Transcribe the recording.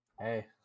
hey